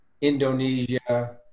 indonesia